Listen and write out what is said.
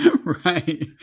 Right